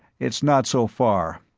it's not so far.